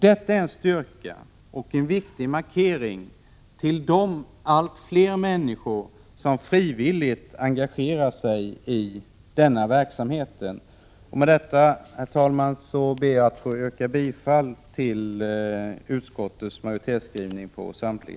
Detta är en styrka och en viktig markering för de allt fler människor | som frivilligt engagerar sig i denna verksamhet. Med detta, herr talman, ber jag att få yrka bifall till utskottets skrivning